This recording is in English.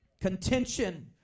Contention